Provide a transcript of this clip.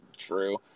true